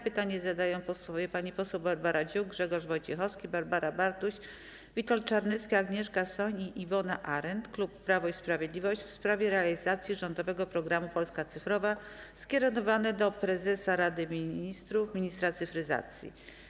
Pytanie zadają posłowie Barbara Dziuk, Grzegorz Wojciechowski, Barbara Bartuś, Witold Czarnecki, Agnieszka Soin i Iwona Arent, klub Prawo i Sprawiedliwość, w sprawie realizacji rządowego programu „Polska cyfrowa” - skierowane do prezesa Rady Ministrów, ministra cyfryzacji.